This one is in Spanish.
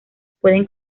pueden